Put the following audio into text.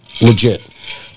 legit